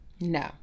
No